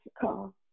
call